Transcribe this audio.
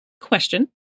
Question